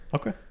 Okay